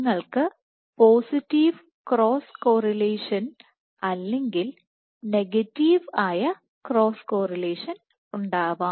നിങ്ങൾക്ക് positive cross correlation അല്ലെങ്കിൽ negative ആയ ക്രോസ് കോറിലേഷൻ ഉണ്ടാവാം